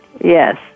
Yes